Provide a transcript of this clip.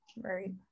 right